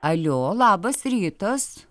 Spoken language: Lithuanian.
alio labas rytas